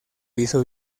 hizo